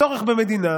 הצורך במדינה